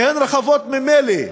שהן רחבות ממילא,